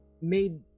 made